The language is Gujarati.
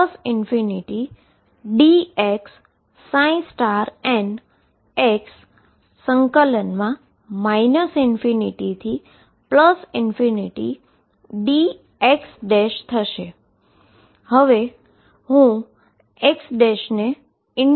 હવે હુ x ને ઈન્ડેક્ષની અંદર મૂકીશ